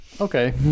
Okay